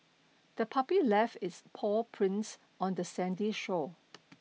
the puppy left its paw prints on the sandy shore